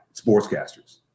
sportscasters